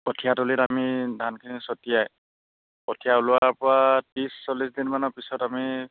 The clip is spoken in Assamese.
কঠীয়া তলিত আমি ধানখিনি ছটিয়াই কঠীয়া ওলোৱাৰ পৰা ত্ৰিছ চল্লিছ দিনমানৰ পিছত আমি